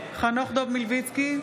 חנוך דב מלביצקי,